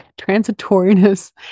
Transitoriness